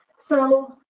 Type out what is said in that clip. so,